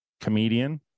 comedian